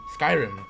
Skyrim